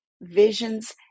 visions